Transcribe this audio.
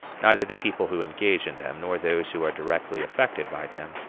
neither the people who engage in them, nor those who are directly affected by them,